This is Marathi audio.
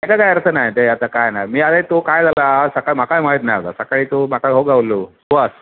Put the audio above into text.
एका काय अर्थ नाही ते आता काय नाही मी आहे तो काय झाला आज सकाळी माकाय माहीत नाही आता सकाळी तो माका भाऊ गावल्लो तो वास